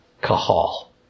kahal